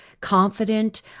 confident